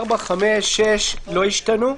סעיפים (4), (5) ו(6) לא השתנו.